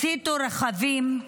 הציתו רכבים,